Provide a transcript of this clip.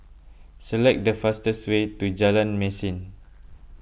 select the fastest way to Jalan Mesin